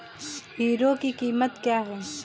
Hero की कीमत क्या है?